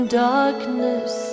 darkness